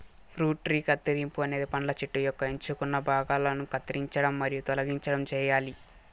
fruit tree కత్తిరింపు అనేది పండ్ల చెట్టు యొక్క ఎంచుకున్న భాగాలను కత్తిరించడం మరియు తొలగించడం చేయాలి